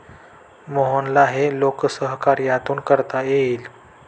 मोहनला हे लोकसहकार्यातून करता येईल